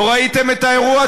לא ראיתם את האירוע?